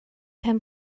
pen